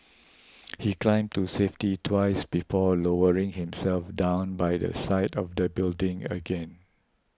he climbed to safety twice before lowering himself down by the side of the building again